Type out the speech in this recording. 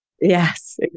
Yes